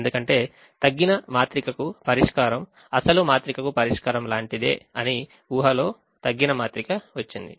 ఎందుకంటే తగ్గిన మాత్రికకు పరిష్కారం అసలు మాత్రికకు పరిష్కారం లాంటిదే అనే ఊహలో తగ్గిన మాత్రిక వచ్చింది